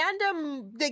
random